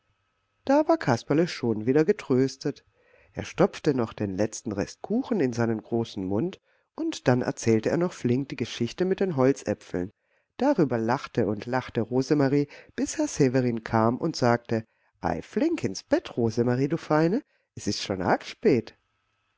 da war kasperle schon wieder getröstet er stopfte noch den letzten rest kuchen in seinen großen mund und dann erzählte er noch flink die geschichte mit den holzäpfeln darüber lachte und lachte rosemarie bis herr severin kam und sagte ei flink ins bett rosemarie du feine es ist schon arg spät